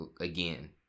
again